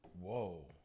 Whoa